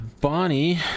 Bonnie